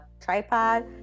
tripod